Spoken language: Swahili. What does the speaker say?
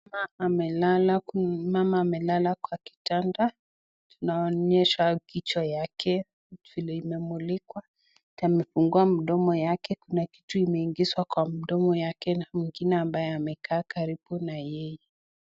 Mama amelala kwa kitanda anaonyeshwa kichwa yake vile imemulikwa, kamefugua mdomo yake Kuna kitu imeingishwa kwa mdomo yake na mwingine ambaye amekaa karibu na yeye.